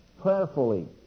prayerfully